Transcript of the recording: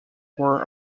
were